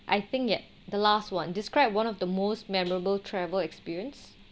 I think yep the last [one] describe one of the most memorable travel experience